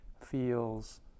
feels